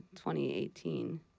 2018